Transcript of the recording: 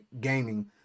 Gaming